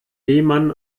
lehmann